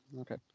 Okay